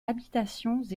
habitations